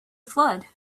flood